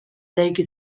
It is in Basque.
eraiki